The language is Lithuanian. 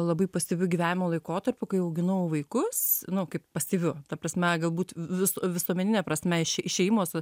labai pasyviu gyvenimo laikotarpiu kai auginau vaikus nu kaip pasyviu ta prasme galbūt vis visuomenine prasme ši šeimos